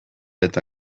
eta